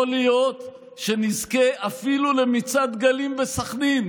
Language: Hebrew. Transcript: יכול להיות שנזכה אפילו למצעד דגלים בסח'נין,